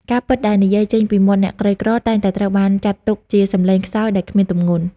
ការពិតដែលនិយាយចេញពីមាត់អ្នកក្រីក្រ តែងតែត្រូវបានចាត់ទុកជាសំឡេងខ្សោយដែលគ្មានទម្ងន់។